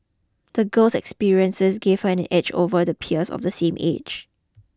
the girl's experiences gave her an edge over the peers of the same age